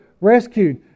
rescued